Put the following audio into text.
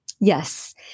Yes